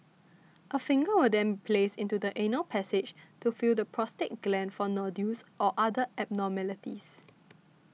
a finger will then be placed into the anal passage to feel the prostate gland for nodules or other abnormalities